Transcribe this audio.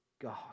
God